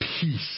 peace